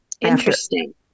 Interesting